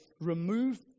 remove